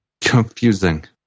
Confusing